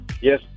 yes